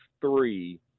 three –